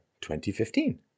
2015